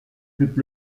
toutes